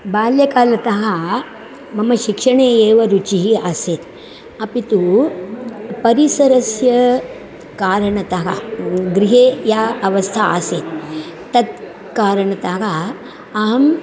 बाल्यकालतः मम शिक्षणे एव रुचिः आसीत् अपि तु परिसरस्य कारणतः गृहे या अवस्था आसीत् तत् कारणतः अहम्